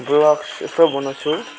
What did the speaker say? blogs यस्तो बनाउछु